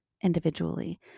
individually